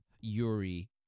Yuri